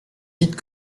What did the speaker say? vite